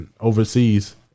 overseas